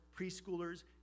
preschoolers